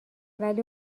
ولی